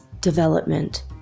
development